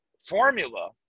formula